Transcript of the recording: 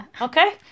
Okay